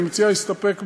אני מציע להסתפק בזה.